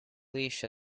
leash